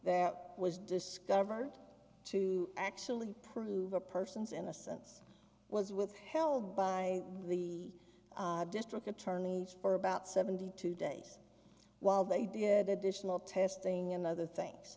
that was discovered to actually prove a person's innocence was withheld by the district attorneys for about seventy two days while they did additional testing and other things